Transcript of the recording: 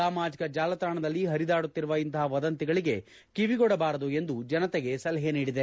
ಸಾಮಾಜಿಕ ಜಾಲತಾಣಗಳಲ್ಲಿ ಹರಿದಾಡುತ್ತಿರುವ ಇಂತಪ ವದಂತಿಗಳಿಗೆ ಕಿವಿಗೊಡಬಾರದು ಎಂದು ಜನತೆಗೆ ಸಲಹೆ ನೀಡಿದೆ